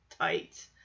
tight